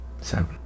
Seven